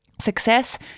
Success